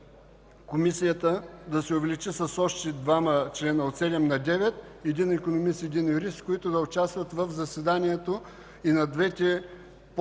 четене Комисията да се увеличи с още двама членове – от 7 на 9: един икономист и един юрист, които да участват в заседанието и на двете подкомисии.